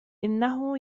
إنه